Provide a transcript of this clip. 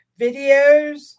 videos